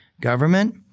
government